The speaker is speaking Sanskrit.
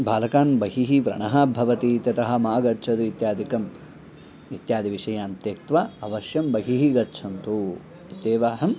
बालकान् बहिः व्रणः भवति ततः मा गच्छत् इत्यादिकम् इत्यादि विषयान् त्यक्त्वा अवश्यं बहिः गच्छन्तु इत्येव अहम्